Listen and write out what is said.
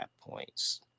points